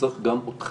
וצריך גם אתכם,